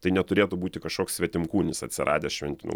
tai neturėtų būti kažkoks svetimkūnis atsiradęs šventiniu